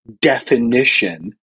definition